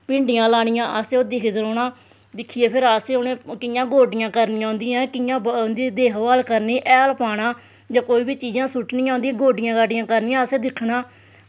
भिंडियां लानियां ते असें ओह् दिक्खदे रौह्ना ते फिर असें कियां गौड्डियां करनियां ओह्दियां कियां उंदी देख भाल करनी हैल पाना जां कोई बी चीजां सुट्टनियां ते उंदी गोड्डी करनी असें दिक्खना